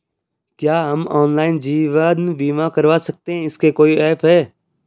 क्या हम ऑनलाइन जीवन बीमा करवा सकते हैं इसका कोई ऐप है?